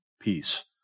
peace